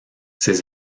ses